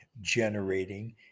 generating